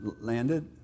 landed